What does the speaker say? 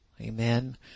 Amen